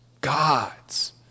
gods